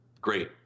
great